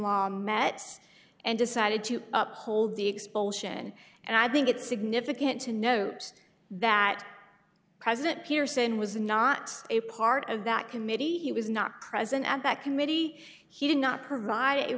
law met and decided to up hold the expulsion and i think it's significant to note that president pearson was not a part of that committee he was not present at that committee he did not provide